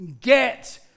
get